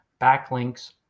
Backlinks